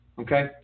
Okay